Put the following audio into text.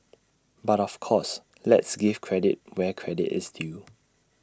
but of course let's give credit where credit is due